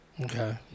Okay